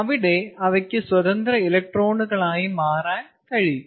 അവിടെ അവയ്ക്ക് സ്വതന്ത്ര ഇലക്ട്രോണുകളായി മാറാൻ കഴിയും